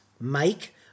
Make